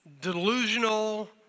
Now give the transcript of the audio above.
delusional